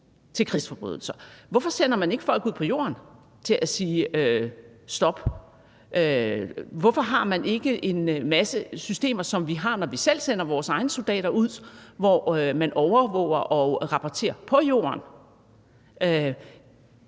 til krigsforbrydelser. Hvorfor sender man ikke folk ud på jorden til at sige stop? Hvorfor har man ikke en masse systemer, som vi har, når vi selv sender vores egne soldater ud, hvor man overvåger og rapporterer på jorden?